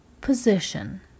position